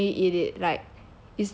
I will really eat it like